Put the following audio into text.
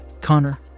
Connor